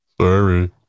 sorry